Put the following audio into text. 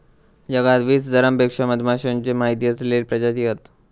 जगात वीस हजारांपेक्षा मधमाश्यांचे माहिती असलेले प्रजाती हत